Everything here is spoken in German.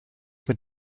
mit